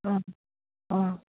ꯎꯝ ꯑꯥ